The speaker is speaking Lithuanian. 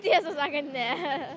tiesą sakant ne